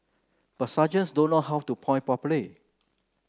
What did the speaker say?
but sergeants don't know how to point properly